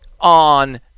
on